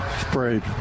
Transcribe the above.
sprayed